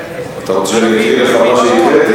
אתה רוצה שאני אקריא לך מה שהקראתי?